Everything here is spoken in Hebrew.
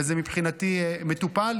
וזה מבחינתי מטופל.